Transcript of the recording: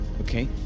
okay